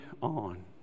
on